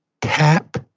Tap